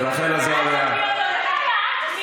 רויטל סויד עסקה בזה, אני עסקתי בזה.